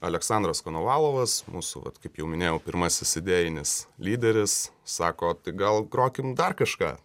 aleksandras konovalovas mūsų vat kaip jau minėjau pirmasis idėjinis lyderis sako gal grokim dar kažką